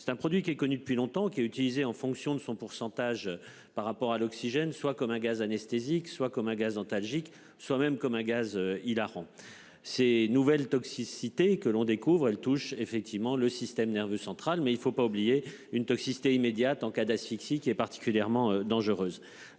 C'est un produit qui est connu depuis longtemps qu'il utilisé en fonction de son pourcentage par rapport à l'oxygène soit comme un gaz anesthésique soit comme un gaz d'antalgiques soi-même comme un gaz hilarant. Ces nouvelles toxicité et que l'on découvre elle touche effectivement le système nerveux central. Mais il ne faut pas oublier une toxicité immédiate en cas d'asphyxie qui est particulièrement dangereuse.